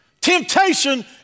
Temptation